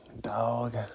Dog